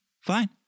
fine